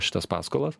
šitas paskolas